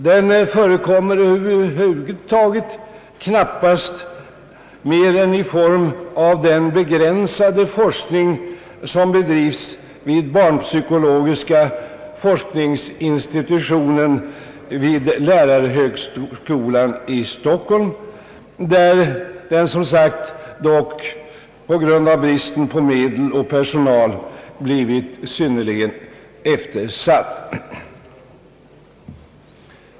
Den förekommer över huvud taget knappast mer än i form av den begränsade forskning som bedrivs vid barnpsykologiska forskningsinstitutionen vid lärarhögskolan i Stockholm, där den dock på grund av bristen på medel och personal som sagt blivit eftersatt.